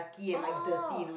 !oh!